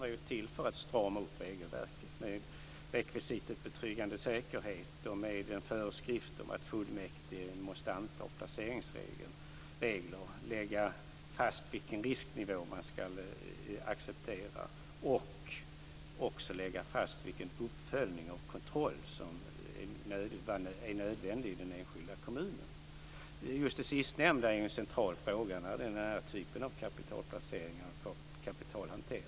De är till för att strama upp regelverket med rekvisitet betryggande säkerhet och med den föreskriften att fullmäktige måste anta placeringsregler, lägga fast vilken risknivå man ska acceptera och också lägga fast vilken uppföljning och kontroll som är nödvändig i den enskilda kommunen. Just det sistnämnda är en central fråga för den här typen av kapitalplaceringar och kapitalhantering.